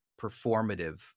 performative